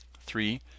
three